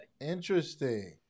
Interesting